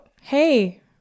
Hey